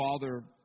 father